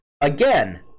again